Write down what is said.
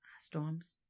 Storms